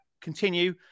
continue